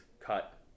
cut